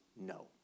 no